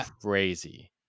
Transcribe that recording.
crazy